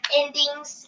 endings